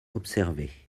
observée